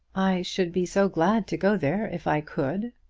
i should be so glad to go there if i could,